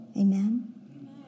Amen